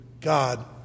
God